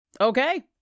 Okay